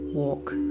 Walk